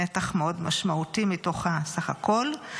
נתח מאוד משמעותי מתוך הסך הכול.